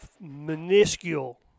minuscule